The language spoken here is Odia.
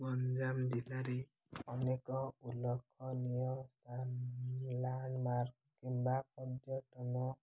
ଗଞ୍ଜାମ ଜିଲ୍ଲାରେ ଅନେକ ଉଲ୍ଲଖନୀୟ ସ୍ଥାନ ଲ୍ୟାଣ୍ଡ ମାର୍କ କିମ୍ବା ପର୍ଯ୍ୟଟନ